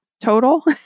total